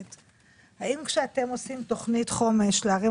האם כשאתם עושים תוכנית חומש לערים